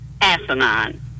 asinine